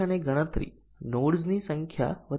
આપણે basic condition ને સાચી પર સેટ કરી છે